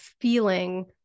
feeling